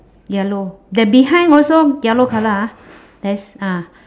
yellow the behind also yellow colour ah there's ah